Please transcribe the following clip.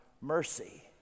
mercy